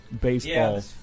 baseball